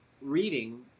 reading